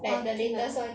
!huh! 多 ah